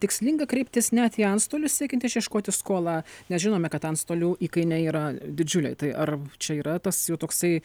tikslinga kreiptis net į antstolius siekiant išieškoti skolą nes žinome kad antstolių įkainiai yra didžiuliai tai ar čia yra tas jų toksai